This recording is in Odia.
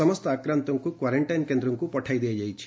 ସମସ୍ତ ଆକ୍ରାନ୍ତଙ୍କୁ କ୍ୱାରେଶ୍ଚାଇନ୍ କେନ୍ଦ୍ରକୁ ପଠାଇଦିଆଯାଇଛି